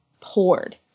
poured